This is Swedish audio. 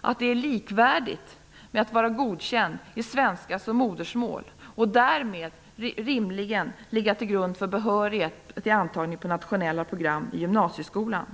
att det är likvärdigt med betyget godkänt i svenska som modersmål och därmed rimligen kan ligga till grund för behörighet vid antagningen till nationella program i gymnasieskolan.